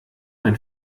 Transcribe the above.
ein